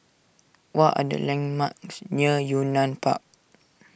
what are the landmarks near Yunnan Park